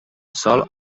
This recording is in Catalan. sòl